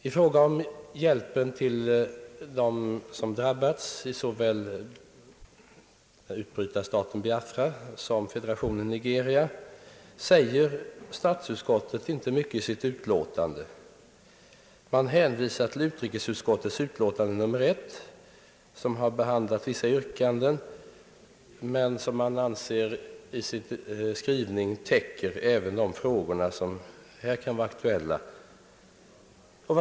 I fråga om hjälpen till dem som drabbats i såväl utbrytarstaten Biafra som federationen Nigeria säger statsutskottet inte mycket i sitt utlåtande. Man hänvisar till utrikesutskottets utlåtande nr 1, som har behandlat vissa yrkanden men som enligt utskottets skrivning också anses täcka även de frågor som kan vara aktuella här.